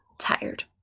tired